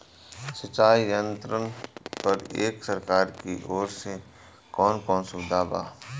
सिंचाई यंत्रन पर एक सरकार की ओर से कवन कवन सुविधा बा?